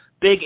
Big